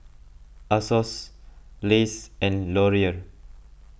Asos Lays and Laurier